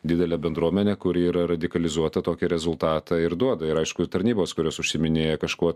didelė bendruomenė kuri yra radikalizuota tokį rezultatą ir duoda ir aišku tarnybos kurios užsiiminėja kažkuo